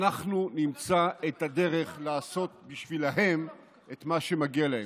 ואנחנו נמצא את הדרך לעשות בשבילם את מה שמגיע להם.